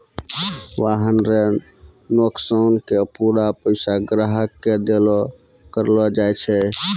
वाहन रो नोकसान के पूरा पैसा ग्राहक के देलो करलो जाय छै